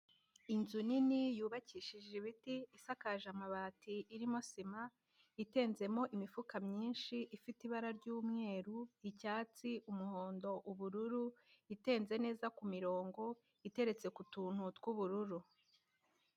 Inzu nini yubakishije ibiti, isakaje amabati, irimo sima, itenzemo imifuka myinshi, ifite ibara ry'umweru, icyatsi, umuhondo, ubururu, itenze neza ku mirongo, iteretse ku tuntu tw'ubururu.